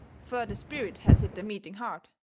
fur the spirit has hit the meeting hard.